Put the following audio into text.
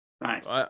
nice